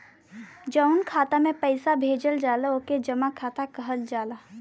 जउन खाता मे पइसा भेजल जाला ओके जमा खाता कहल जाला